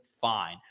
fine